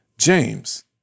James